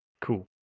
Cool